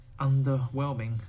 underwhelming